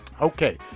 Okay